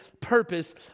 purpose